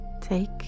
Take